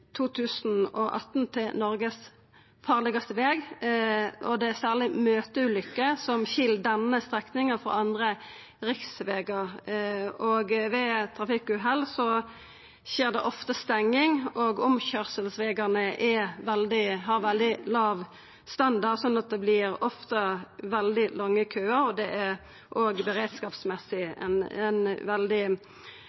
2018 kåra til Noregs farlegaste veg, og det er særleg møteulykker som skil denne strekninga frå andre riksvegar. Ved trafikkuhell skjer det ofte stenging, og omkjøringsvegane har veldig låg standard, slik at det ofte vert veldig lange køar, og det er òg beredskapsmessig